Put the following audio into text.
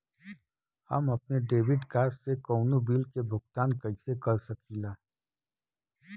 हम अपने debit card से कउनो बिल के भुगतान कइसे कर सकीला?